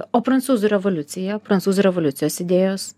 o prancūzų revoliucija prancūzų revoliucijos idėjos